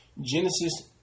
Genesis